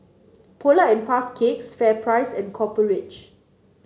Polar and Puff Cakes FairPrice and Copper Ridge